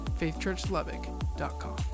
faithchurchlubbock.com